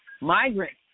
migrants